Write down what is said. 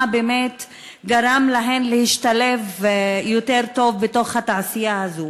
מה באמת גרם להן להשתלב יותר טוב בתעשייה הזאת.